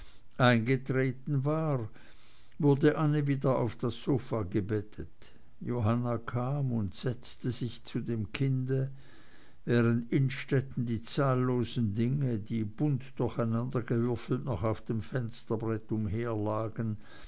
eingetreten war wurde annie wieder auf das sofa gebettet johanna kam und setzte sich zu dem kind während innstetten die zahllosen dinge die bunt durcheinandergewürfelt noch auf dem fensterbrett umher